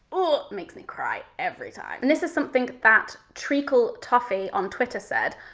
ah makes me cry every time. and this is something that treackle toffee on twitter said,